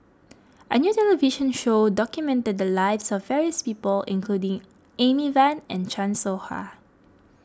a new television show documented the lives of various people including Amy Van and Chan Soh Ha